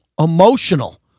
emotional